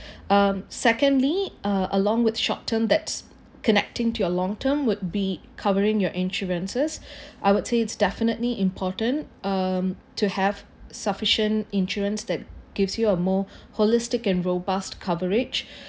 um secondly uh along with short term that's connecting to a long term would be covering your insurances I would say it's definitely important um to have sufficient insurance that gives you a more holistic and robust coverage